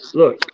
look